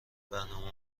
برنامه